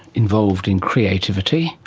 involved in creativity,